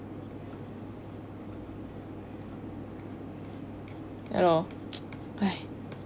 ya lor